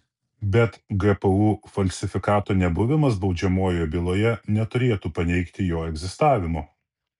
bet gpu falsifikato nebuvimas baudžiamojoje byloje neturėtų paneigti jo egzistavimo